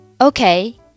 Okay